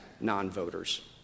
non-voters